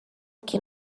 can